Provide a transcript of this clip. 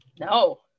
no